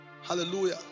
Hallelujah